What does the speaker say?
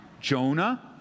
Jonah